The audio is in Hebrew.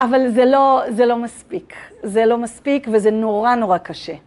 אבל זה לא לא מספיק. זה לא מספיק וזה נורא נורא קשה.